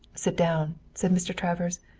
sit down, said mr. travers.